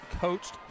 coached